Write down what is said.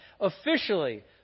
Officially